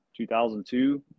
2002